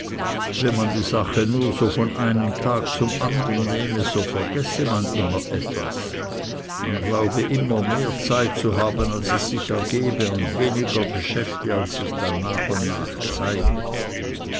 wenn man die sache nur so von einem tag zum andern nehme so vergesse man immer etwas man glaube immer mehr zeit zu haben als es sich ergebe und weniger geschäfte als sich dann nach und nach zeigen